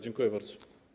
Dziękuję bardzo.